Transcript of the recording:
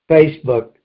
Facebook